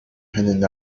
hanging